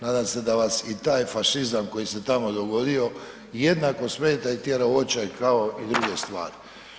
Nadam se da vas i taj fašizam koji se tamo dogodio jednako smeta i tjera u očaj kao i druge stvari.